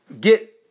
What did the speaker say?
Get